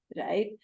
right